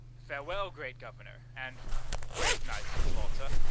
farewell, great governor, and brave knights of malta.